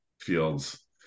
Fields